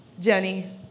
Jenny